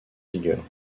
vigueur